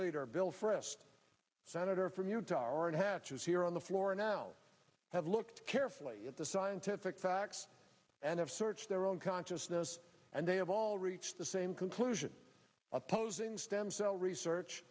leader bill frist senator from utah orrin hatch is here on the floor now have looked carefully at the scientific facts and have searched their own consciousness and they have all reached the same conclusion opposing stem cell research